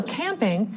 camping